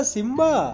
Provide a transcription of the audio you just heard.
Simba